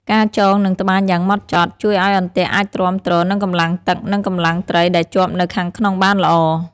ការចង និងត្បាញយ៉ាងហ្មត់ចត់ ជួយឲ្យអន្ទាក់អាចទ្រាំទ្រនឹងកម្លាំងទឹក និងកម្លាំងត្រីដែលជាប់នៅខាងក្នុងបានល្អ។